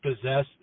possess